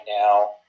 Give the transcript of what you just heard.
now